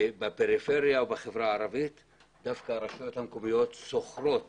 בפריפריה ובחברה הערבית דווקא הרשויות המקומיות שוכרות